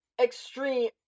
extreme